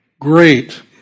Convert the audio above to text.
great